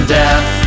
death